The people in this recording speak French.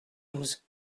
douze